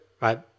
right